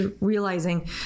realizing